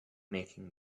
making